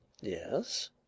Yes